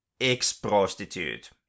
ex-prostitute